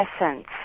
essence